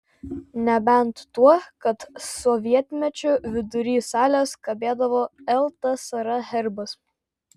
nebent tuo kad sovietmečiu vidury salės kabėdavo ltsr herbas